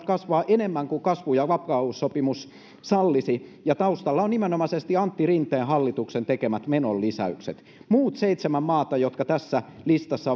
kasvaa enemmän kuin kasvu ja vakaussopimus sallisi ja taustalla on nimenomaisesti antti rinteen hallituksen tekemät menolisäykset muut seitsemän maata jotka tässä listassa